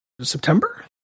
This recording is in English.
September